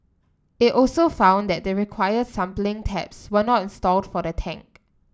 it also found that the required sampling taps were not installed for the tank